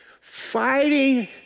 Fighting